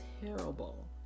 terrible